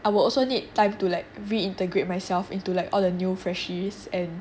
I will also need time to like reintegrate myself into like all the new freshies and